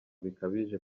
bikabije